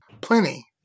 Plenty